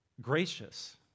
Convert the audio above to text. gracious